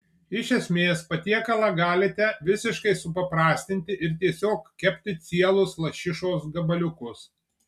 iš esmės patiekalą galite visiškai supaprastinti ir tiesiog kepti cielus lašišos gabaliukus